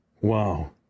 Wow